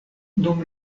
dum